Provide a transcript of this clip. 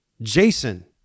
Jason